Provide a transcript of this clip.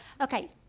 Okay